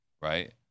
Right